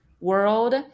world